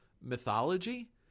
mythology